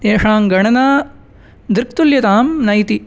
तेषां गणना दृक् तुल्यतां न इति